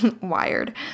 wired